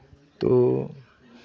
तो